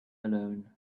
alone